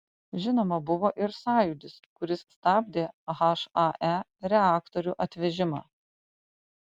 žinoma buvo ir sąjūdis kuris stabdė hae reaktorių atvežimą